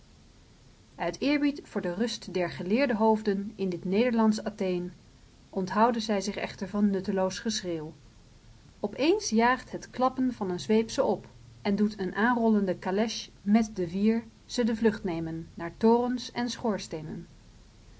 uit eerbied voor de rust der geleerde hoofden in dit nederlandsch atheen onthouden zij zich echter van nutteloos geschreeuw op eens jaagt het klappen van een zweep ze op en doet een aanrollende calèche met de vier ze de vlucht nemen naar torens en schoorsteenen